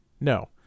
No